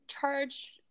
charge